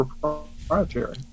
proprietary